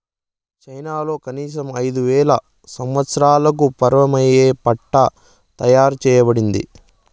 చైనాలో కనీసం ఐదు వేల సంవత్సరాలకు పూర్వమే పట్టు తయారు చేయబడింది